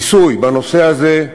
ניסוי, בנושא הזה,